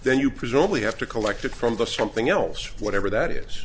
then you presumably have to collect it from the something else whatever that is